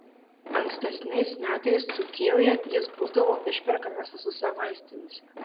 ankstesniais metais dzūkijoje jis būdavo išperkamas visose vaistinėse